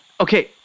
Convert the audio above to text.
Okay